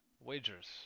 wagers